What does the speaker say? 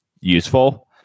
useful